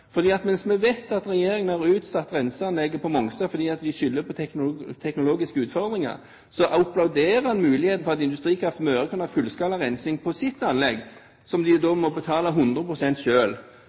fordi vi vet at mens regjeringen har utsatt renseanlegget på Mongstad og skylder på teknologiske utfordringer, applauderer en muligheten for at Industrikraft Møre kan ha fullskala rensing på sitt anlegg, som de da må betale